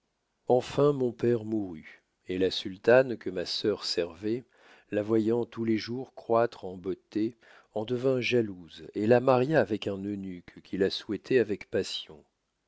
enfin mon père mourut et la sultane que ma sœur servoit la voyant tous les jours croître en beauté en devint jalouse et la maria avec un eunuque qui la souhaitoit avec passion